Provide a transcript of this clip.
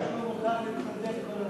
לא תאמינו מי יציג.